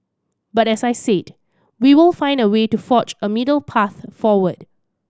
but as I said we will find a way to forge a middle path forward